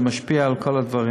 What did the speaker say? זה משפיע על כל הדברים,